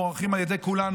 והם מוערכים על ידי כולנו,